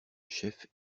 chef